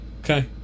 Okay